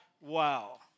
wow